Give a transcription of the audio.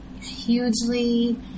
hugely